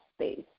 space